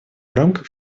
рамках